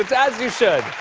as you should.